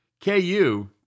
KU